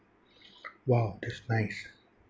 !wow! that's nice